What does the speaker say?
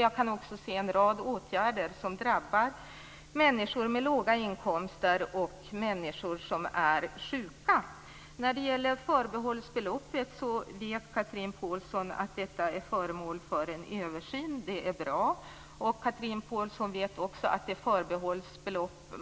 Jag kan dessutom se en rad åtgärder som drabbar människor med låga inkomster och människor som är sjuka. Pålsson att detta är föremål för en översyn. Det är bra. Chatrine Pålsson vet också att förbehållsbeloppet